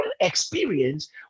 experience